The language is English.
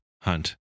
hunt